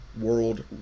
world